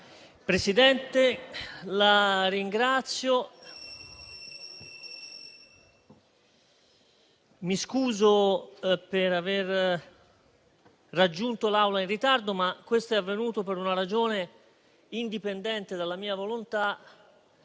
Presidente, la ringrazio e mi scuso per aver raggiunto l'Aula in ritardo, ma questo è avvenuto per una ragione indipendente dalla mia volontà.